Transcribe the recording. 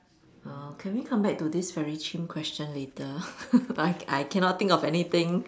uh can we come back to this very chim question later I I cannot think of anything